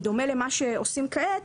בדומה למה שעושים כעת,